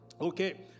Okay